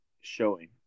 showing